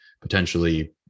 potentially